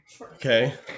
Okay